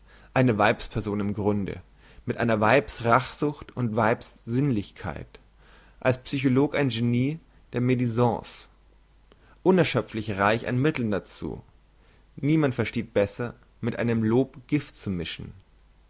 eine weibsperson im grunde mit einer weibs rachsucht und weibs sinnlichkeit als psycholog ein genie der mdisance unerschöpflich reich an mitteln dazu niemand versteht besser mit einem lob gift zu mischen